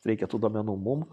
reikia tų duomenų mum